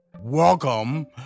Welcome